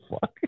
fuck